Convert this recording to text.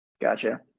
Gotcha